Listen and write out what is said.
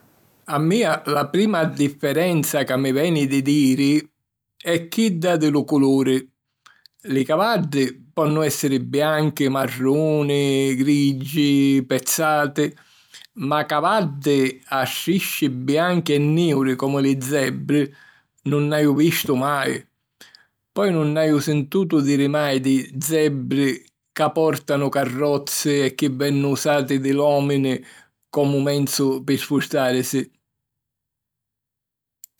A mia la prima differenza ca mi veni di diri è chidda di lu culuri: li cavaddi ponnu èssiri bianchi, marruni, grigi, pezzati, ma cavaddi a strisci bianchi e nìuri - comu li zebri - nun haju vistu mai! Poi nun haju sintutu diri mai di zebri ca pòrtanu carrozzi e chi vennu usati di l'òmini comu menzu pi spustàrisi.